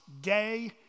day